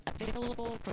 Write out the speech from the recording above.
available